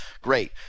great